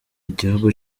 igihugu